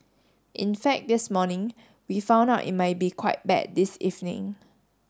in fact this morning we found out it might be quite bad this evening